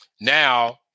Now